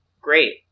Great